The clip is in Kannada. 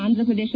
ಆಂಧ್ರಪ್ರದೇಶ